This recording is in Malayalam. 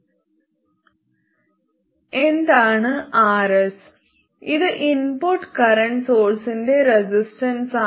എന്താണ് Rs ഇത് ഇൻപുട്ട് കറന്റ് സോഴ്സിന്റെ റെസിസ്റ്റൻസാണ്